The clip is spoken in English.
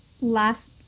last